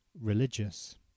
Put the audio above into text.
religious